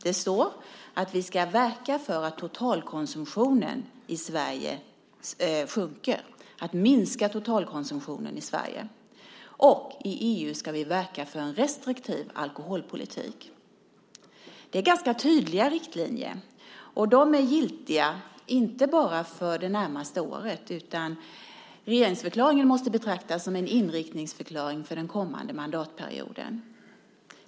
Det står att vi ska verka för att minska totalkonsumtionen i Sverige och att vi i EU ska verka för en restriktiv alkoholpolitik. Det är ganska tydliga riktlinjer. De är inte bara giltiga för det närmaste året, utan regeringsförklaringen måste betraktas som en inriktningsförklaring för den kommande mandatperioden.